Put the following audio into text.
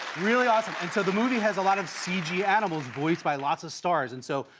really awesome. and so the movie has a lot of cg animals voiced by lots of stars. and so,